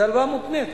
זו הלוואה מותנית.